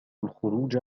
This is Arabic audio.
الخروج